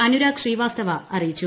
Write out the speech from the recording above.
അനുരാഗ് ശ്രീവാസ്തവ അറിയിച്ചു